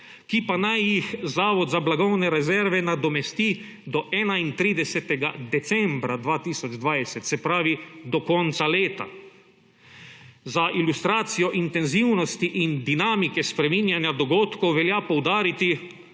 ki pa naj jih Zavod za blagovne rezerve nadomesti do 31. decembra 2020, se pravi do konca leta. Za ilustracijo intenzivnosti in dinamike spreminjanja dogodkov velja poudariti,